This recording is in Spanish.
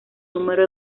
número